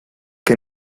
que